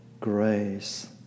grace